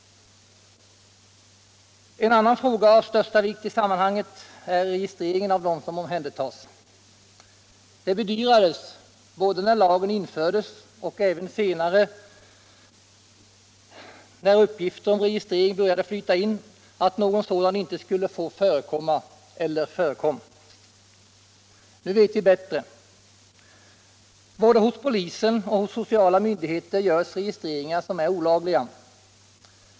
En annan fråga av största vikt i sammanhanget är registreringen av dem som omhändertas. Det bedyrades, både när lagen infördes och även scnare när uppgifter om registrering började flyta in, att någon sådan inte skulle få förekomma celler förekom. Nu vet vi bättre. Både hos polisen och hos sociala myndigheter görs registreringar som är olagliga.